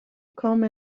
come